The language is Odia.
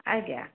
ଆଜ୍ଞା